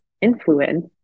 influence